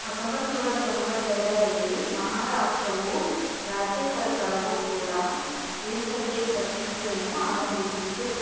ಹತ್ತೊಂಬತ್ತ್ನೂರ ತೊಂಬತ್ತೆರಡರಲ್ಲಿ ಮಹಾರಾಷ್ಟ್ರವು ರಾಜ್ಯ ಸರ್ಕಾರವು ಕೂಡ ಇಂಥದ್ದೆ ಪ್ರಶಸ್ತಿಯನ್ನು ಆರಂಭಿಸಿತ್ತು